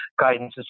guidances